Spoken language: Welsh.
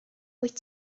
wyt